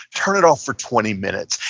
turn it off for twenty minutes,